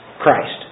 Christ